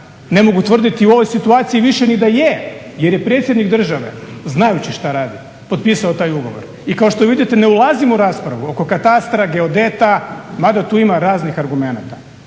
ne mogu tvrditi i u ovoj situaciji više ni da je jer je predsjednik države znajući što radi potpisao taj ugovor. I kao što vidite ne ulazim u raspravu oko katastra, geodeta, mada tu ima raznih argumenata.